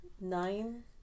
Nine